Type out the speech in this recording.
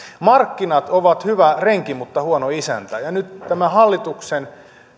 markkinat ovat hyvä renki mutta huono isäntä ja nyt tämä hallituksen